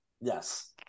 Yes